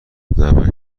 نمک